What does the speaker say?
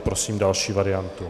Prosím další variantu.